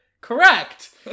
Correct